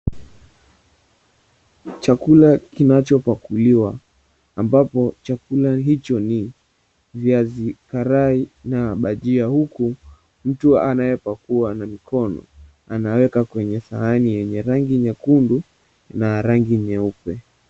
Chakula kinachopakuliwa ambapo chakula hicho ni viazi karai na bajia huku mtu anaye pakua na mikono anaweka kwenye rangi nyekundu na rangi nyeupe.